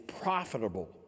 profitable